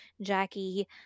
Jackie